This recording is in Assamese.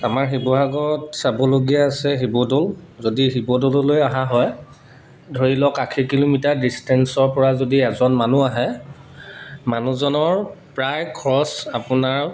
আমাৰ শিৱসাগৰত চাবলগীয়া আছে শিৱদৌল যদি শিৱদৌললৈ অহা হয় ধৰি লওক আশী কিলোমিটাৰ ডিষ্টেঞ্চৰ পৰা যদি এজন মানুহ আহে মানুহজনৰ প্ৰায় খৰচ আপোনাৰ